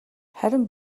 харин